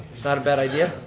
not a bad idea.